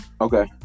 Okay